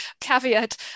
caveat